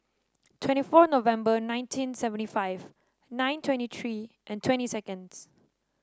twenty four November nineteen seventy five nine twenty three twenty seconds